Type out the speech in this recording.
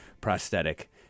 prosthetic